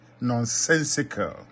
nonsensical